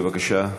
בבקשה.